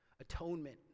atonement